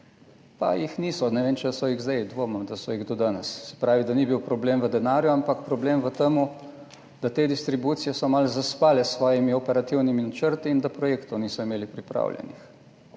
pa jih niso. Ne vem, ali so jih zdaj, dvomim, da so jih do danes. Se pravi, da ni bil problem v denarju, ampak v tem, da so te distribucije malo zaspale s svojimi operativnimi načrti in da projektov niso imeli pripravljenih.